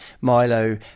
Milo